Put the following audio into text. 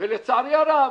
ולצערי הרב,